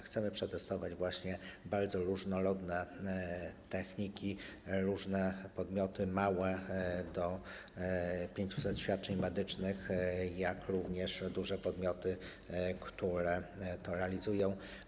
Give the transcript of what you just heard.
Chcemy przetestować bardzo różnorodne techniki, podmioty małe do 500 świadczeń medycznych, jak również duże podmioty, które to realizują.